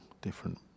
different